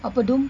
apa dome